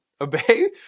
obey